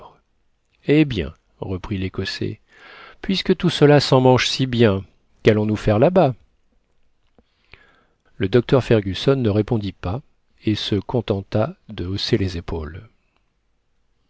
eh bien reprit l'écossais puisque tout cela semmanche si bien qu'allons-nous faire là-bas le docteur fergusson ne répondit pas et se contenta de hausser les épaules